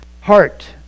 Heart